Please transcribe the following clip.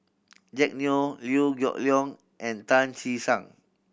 Jack Neo Liew Geok Leong and Tan Che Sang